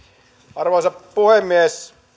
arvoisa puhemies